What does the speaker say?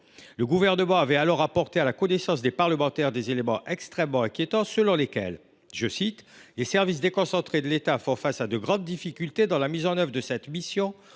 Le Gouvernement avait alors porté à la connaissance des parlementaires des éléments extrêmement inquiétants :« Les services déconcentrés de l’État font régulièrement part des difficultés dans la mise en œuvre de cette mission au